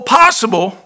possible